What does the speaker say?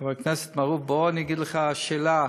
חבר הכנסת מערוף, בוא, אני אגיד לך, השאלה,